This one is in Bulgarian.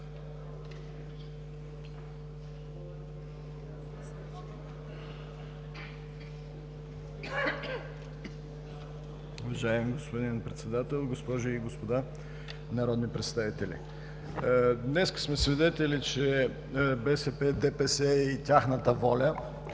Днес сме свидетели, че БСП, ДПС и тяхната „Воля“